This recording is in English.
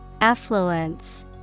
Affluence